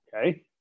okay